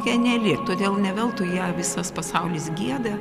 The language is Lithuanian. geniali todėl ne veltui ją visas pasaulis gieda